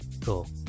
Cool